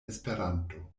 esperanto